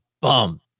bum